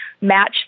match